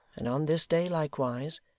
and on this day likewise,